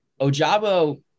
Ojabo